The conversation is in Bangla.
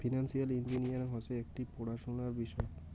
ফিনান্সিয়াল ইঞ্জিনিয়ারিং হসে একটি পড়াশোনার বিষয়